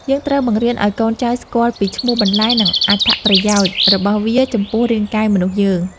យើងត្រូវបង្រៀនឱ្យកូនចៅស្គាល់ពីឈ្មោះបន្លែ និងអត្ថប្រយោជន៍របស់វាចំពោះរាងកាយមនុស្សយើង។